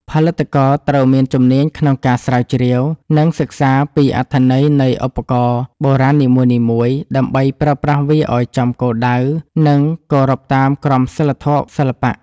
ផលិតករត្រូវមានជំនាញក្នុងការស្រាវជ្រាវ និងសិក្សាពីអត្ថន័យនៃឧបករណ៍បុរាណនីមួយៗ ដើម្បីប្រើប្រាស់វាឱ្យចំគោលដៅ និងគោរពតាមក្រមសីលធម៌សិល្បៈ។